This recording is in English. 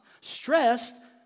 Stressed